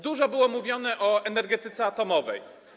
Dużo było mówione o energetyce atomowej.